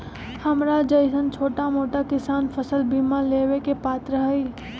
हमरा जैईसन छोटा मोटा किसान फसल बीमा लेबे के पात्र हई?